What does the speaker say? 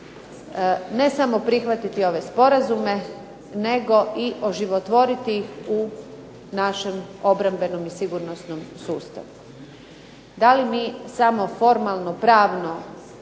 ne samo prihvatiti ove sporazume, nego i oživotvoriti ih u našem obrambenom i sigurnosnom sustavu. Da li mi samo formalno, pravno